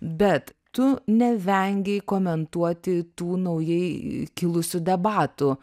bet tu nevengei komentuoti tų naujai kilusių debatų